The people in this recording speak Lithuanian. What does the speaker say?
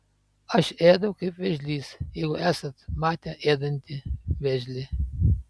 aš ėdu kaip vėžlys jeigu esat matę ėdantį vėžlį